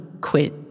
quit